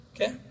Okay